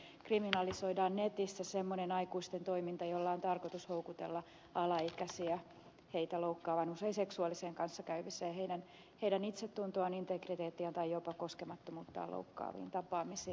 eli siinä kriminalisoidaan semmoinen aikuisten toiminta netissä jolla on tarkoitus houkutella alaikäisiä näitä loukkaavaan usein seksuaaliseen kanssakäymiseen ja näiden itsetuntoa integriteettiä tai jopa koskemattomuutta loukkaaviin tapaamisiin